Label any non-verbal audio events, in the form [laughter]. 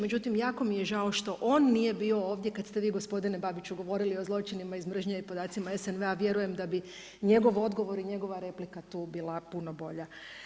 Međutim jako mi je žao što on nije bio ovdje kada ste vi gospodine Babiću govorili o zločinima iz mržnje i podacima, … [unintelligible] vjerujem da bi njegov odgovor i njegova replika tu bila puno bolja.